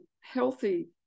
healthy